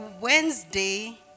wednesday